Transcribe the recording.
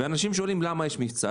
ואנשים שואלים: למה יש מבצע?